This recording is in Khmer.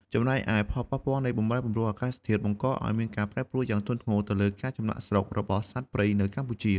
ចំណែកឯ ផលប៉ះពាល់នៃបម្រែបម្រួលអាកាសធាតុ បង្កឱ្យមានការប្រែប្រួលយ៉ាងធ្ងន់ធ្ងរទៅលើការធ្វើចំណាកស្រុករបស់សត្វព្រៃនៅកម្ពុជា។